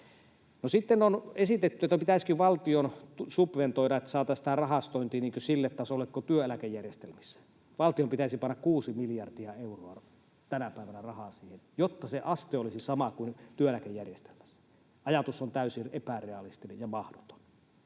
No, sitten on esitetty, pitäisikö valtion subventoida, että saataisiin tämä rahastointi sille tasolle kuin työeläkejärjestelmissä. Valtion pitäisi panna kuusi miljardia euroa tänä päivänä rahaa siihen, jotta se aste olisi sama kuin työeläkejärjestelmässä. Ajatus on täysin epärealistinen ja mahdoton.